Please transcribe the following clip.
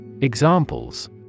examples